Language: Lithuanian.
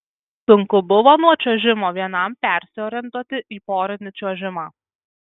sunku buvo nuo čiuožimo vienam persiorientuoti į porinį čiuožimą